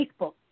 Facebook